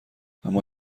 اما